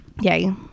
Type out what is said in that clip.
yay